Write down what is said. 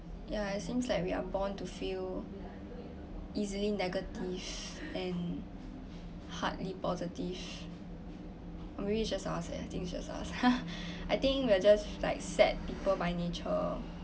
yeah it seems like we are born to feel easily negative and hardly positive maybe just us ya I think it's just us I think we're just like sad people by nature